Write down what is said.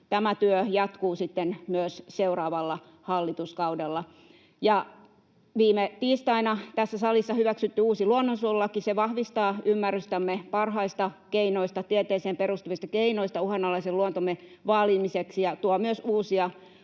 tämä työ jatkuu sitten myös seuraavalla hallituskaudella. Viime tiistaina tässä salissa hyväksytty uusi luonnonsuojelulaki vahvistaa ymmärrystämme parhaista keinoista, tieteeseen perustuvista keinoista, uhanalaisen luontomme vaalimiseksi ja tuo myös uusia keinoja,